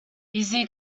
easy